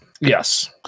yes